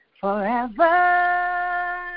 forever